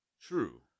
True